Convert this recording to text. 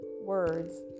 words